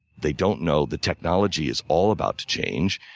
they don't know the technology is all about to change.